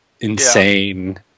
Insane